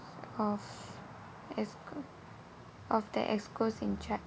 of executive committee of the executive committees in charge